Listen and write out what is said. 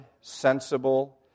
sensible